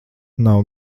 nav